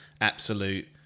absolute